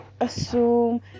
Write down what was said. assume